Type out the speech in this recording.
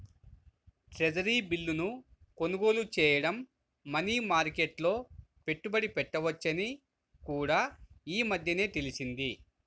treasury బిల్లును కొనుగోలు చేయడం మనీ మార్కెట్లో పెట్టుబడి పెట్టవచ్చని కూడా ఈ మధ్యనే తెలిసింది